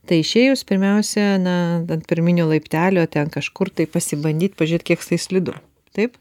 tai išėjus pirmiausia na ant pirminio laiptelio ten kažkur tai pasibandyt pažiūrėt kiek su tais slidu taip